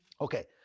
Okay